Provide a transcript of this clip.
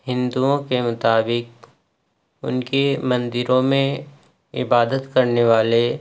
ہندؤں کے مطابق ان کے مندروں میں عبادت کرنے والے